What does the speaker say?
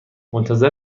منتظر